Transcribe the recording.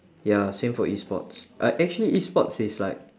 ya same for E sports uh actually E sports it's like